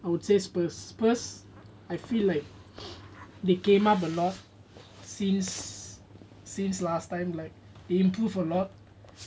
I would say spurs spurs I feel like they came up a lot since since last time like they improve a lot